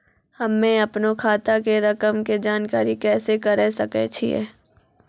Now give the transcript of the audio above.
हम्मे अपनो खाता के रकम के जानकारी कैसे करे सकय छियै?